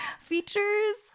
Features